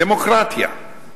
דמוקרטיה,